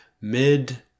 mid